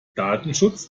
datenschutz